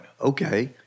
okay